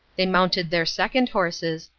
they mounted their second horses,